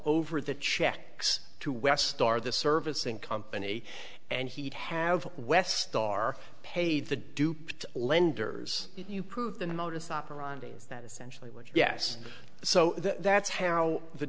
over the checks to west star the service and company and he'd have west star paid the duped lenders you prove the modus operandi is that essentially what yes so that's how the